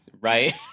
Right